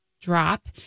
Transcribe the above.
drop